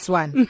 one